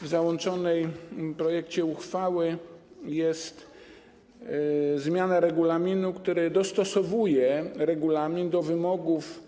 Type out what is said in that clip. W załączonym projekcie uchwały jest zmiana regulaminu, która dostosowuje regulamin do wymogów